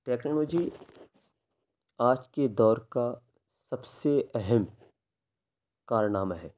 technology آج کے دور کا سب سے اہم کارنامہ ہے